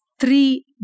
three